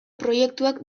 proiektuak